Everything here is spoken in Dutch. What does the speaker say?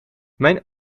mijn